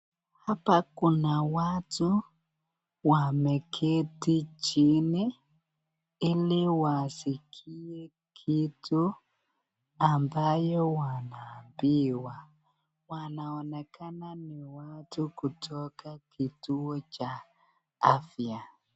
Hapa kuna watu wameketi chini ili wasikie kitu ambayo wanaambiwa, wanao ekana ni watu kutoka kituo cha afya.